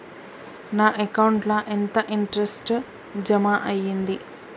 నా అకౌంట్ ల ఎంత ఇంట్రెస్ట్ జమ అయ్యింది?